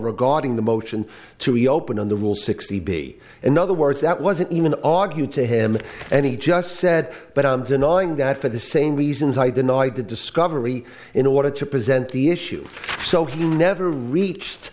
regarding the motion to reopen on the rule sixty be in other words that wasn't even argued to him and he just said but i'm denying that for the same reasons i denied the discovery in order to present the issue so he never reached